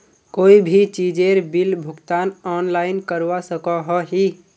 कोई भी चीजेर बिल भुगतान ऑनलाइन करवा सकोहो ही?